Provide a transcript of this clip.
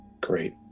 Great